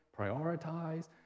Prioritize